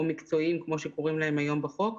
או מקצועיים כפי שקוראים להם היום בחוק,